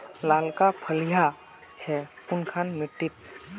लालका फलिया छै कुनखान मिट्टी त?